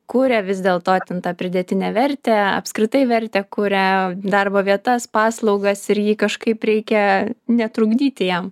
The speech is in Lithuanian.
kuria vis dėl to ten tą pridėtinę vertę apskritai vertę kuria darbo vietas paslaugas ir jį kažkaip reikia netrukdyti jam